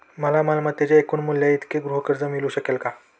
मला मालमत्तेच्या एकूण मूल्याइतके गृहकर्ज मिळू शकेल का?